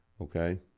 Okay